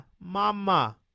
mama